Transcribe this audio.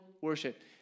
worship